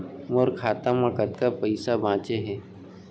मोर खाता मा कतका पइसा बांचे हे?